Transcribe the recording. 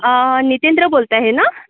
नीतेंद्र बोलत आहे ना